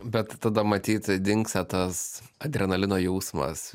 bet tada matyt dingsta tas adrenalino jausmas